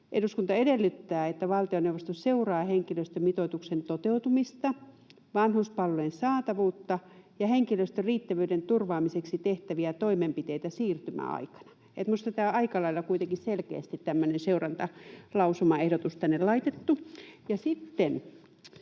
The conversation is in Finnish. ”Eduskunta edellyttää, että valtioneuvosto seuraa henkilöstömitoituksen toteutumista, vanhuspalvelujen saatavuutta ja henkilöstön riittävyyden turvaamiseksi tehtäviä toimenpiteitä siirtymäaikana.” Minusta on aika lailla kuitenkin selkeästi tämmöinen seurantalausumaehdotus tänne laitettu.